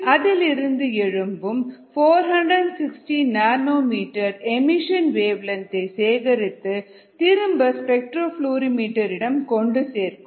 பின் அதில் இருந்து எழும்பும் 460 நானோ மீட்டர் ஏமிசன் வேவ்லென்த் ஐ சேகரித்து திரும்ப ஸ்பெக்டரோஃபிளாரிமீட்டர் இடம் கொண்டு சேர்க்கும்